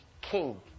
king